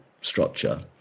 structure